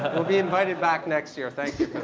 we'll be invited back next year. thank you